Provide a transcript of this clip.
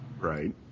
right